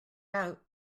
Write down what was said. out